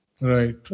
Right